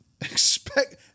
Expect